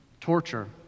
torture